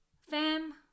Fam